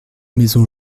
maison